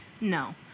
No